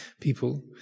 people